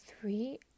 three